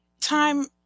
time